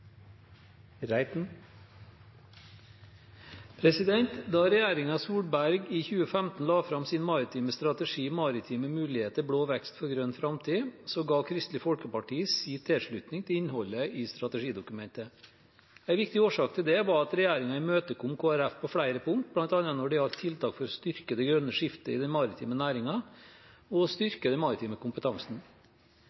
på. Da regjeringen Solberg i 2015 la fram sin maritime strategi, Maritime muligheter – blå vekst for grønn fremtid, ga Kristelig Folkeparti sin tilslutning til innholdet i strategidokumentet. En viktig årsak til det var at regjeringen imøtekom Kristelig Folkeparti på flere punkter, bl.a. når det gjaldt tiltak for å styrke det grønne skiftet i den maritime næringen og